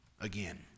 again